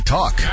Talk